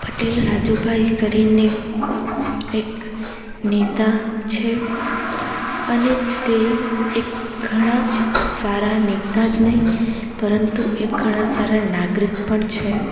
પટેલ રાજુભાઈ કરીને એક નેતા છે અને તે એક ઘણાંજ સારા નેતા જ નહીં પરંતુ એ ઘણા સારા નાગરિક પણ છે